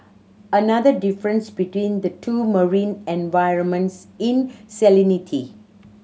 another difference between the two marine environments in salinity